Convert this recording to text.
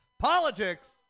Politics